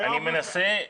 התש"ף-2020,